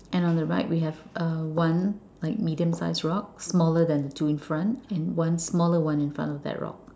and on the right we have uh one like medium sized rock smaller than the two in front and one smaller one in front of that rock